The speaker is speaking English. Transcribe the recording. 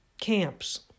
camps